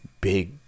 big